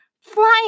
flying